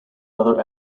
other